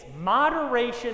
Moderation